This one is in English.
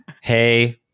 hey